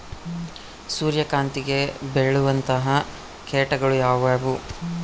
ಸೂರ್ಯಕಾಂತಿಗೆ ಬೇಳುವಂತಹ ಕೇಟಗಳು ಯಾವ್ಯಾವು?